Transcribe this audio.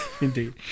indeed